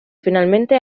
finalmente